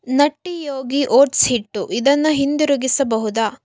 Nutty Yogi oats ಹಿಟ್ಟು ಇದನ್ನು ಹಿಂದಿರುಗಿಸಬಹುದಾ